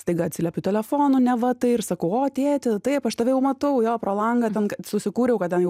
staiga atsiliepiu telefonu neva tai ir sakau o tėti taip aš tave jau matau jo pro langą ten susikūriau kadangi